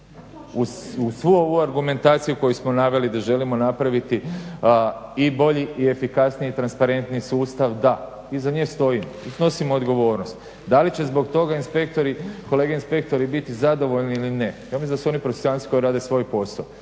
Uz svu ovu argumentaciju koju smo naveli da želimo napraviti i bolji i efikasniji transparentni sustav, da, iza nje stojimo i snosimo odgovornost. Da li će zbog toga inspektori, kolege inspektori biti zadovoljni ili ne, ja mislim da su oni profesionalci koji rade svoj posao.